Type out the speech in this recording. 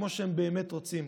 כמו שהם באמת רוצים.